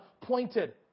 pointed